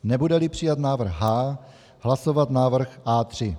Nebudeli přijat návrh H, hlasovat návrh A3.